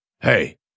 Hey